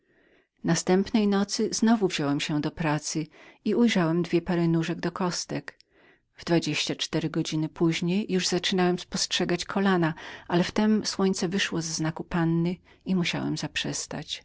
następnej nocy znowu wziąłem się do pracy i ujrzałem dwie pary nóżek do kostek we dwadzieścia cztery godzin później już zaczynałem spostrzegać kolana ale w tem słońce wyszło ze znaku panny i musiałem zaprzestać